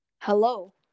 Hello